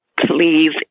please